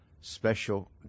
special